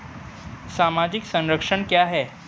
सामाजिक संरक्षण क्या है?